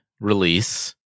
release